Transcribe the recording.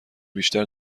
بیشتر